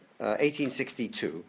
1862